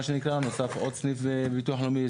נוסף עוד סניף לביטוח לאומי,